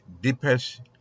deepest